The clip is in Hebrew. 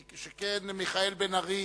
שכן מיכאל בן-ארי